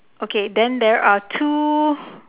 okay then there are two